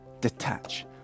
Detach